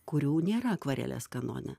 kurių nėra akvarelės kanone